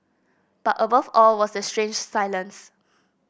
but above all was the strange silence